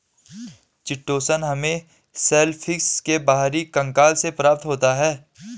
chitosan हमें shellfish के बाहरी कंकाल से प्राप्त होता है